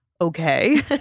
okay